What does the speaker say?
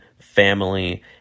family